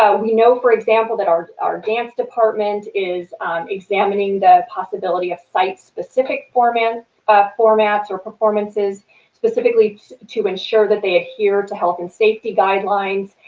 ah we know for example that our our dance department is examining the possibility of site specific formats but formats or performances specifically to ensure that they adhere to health and safety guidelines.